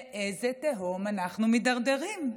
לאיזו תהום אנחנו מתדרדרים?